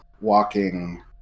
walking